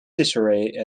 caesarea